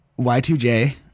Y2J